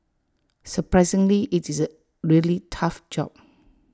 surprisingly IT is A really tough job